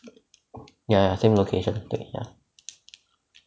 ya ya same location 对 ya